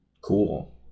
cool